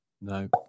No